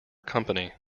company